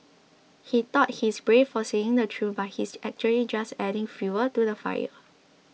he thought he's brave for saying the truth but he's actually just adding fuel to the fire